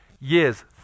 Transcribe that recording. years